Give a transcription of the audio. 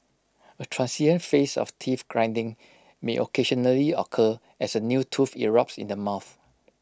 A transient phase of teeth grinding may occasionally occur as A new tooth erupts in the mouth